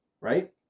right